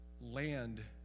land